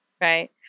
right